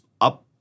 up